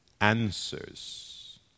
answers